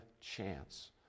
chance